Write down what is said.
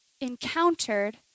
encountered